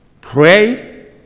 pray